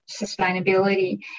sustainability